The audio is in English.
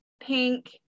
pink